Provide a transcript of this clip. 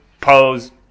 pose